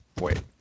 wait